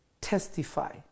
testify